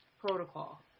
protocol